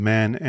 Man